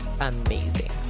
amazing